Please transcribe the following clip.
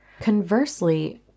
Conversely